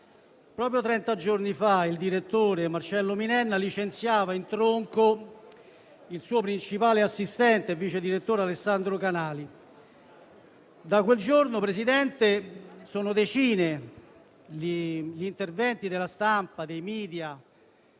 Proprio trenta giorni fa il direttore Marcello Minenna ha licenziato in tronco il suo principale assistente, il vice direttore Alessandro Canali. Da quel giorno sono decine gli interventi della stampa, dei *media,*